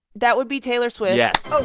that would be taylor swift yes oh